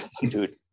dude